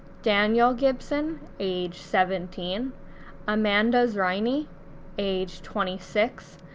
daniel gibson age seventeen amanda zriny age twenty six,